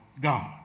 God